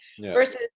Versus